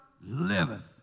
liveth